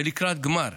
זה לקראת גמר.